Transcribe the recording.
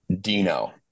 Dino